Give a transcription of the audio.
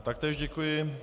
Taktéž děkuji.